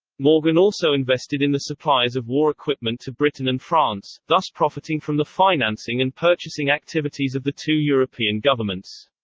morgan also invested in the suppliers of war equipment to britain and france, thus profiting from the financing and purchasing activities of the two european governments.